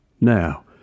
Now